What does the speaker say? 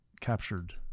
captured